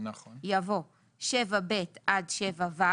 יבוא "7ב עד 7ו"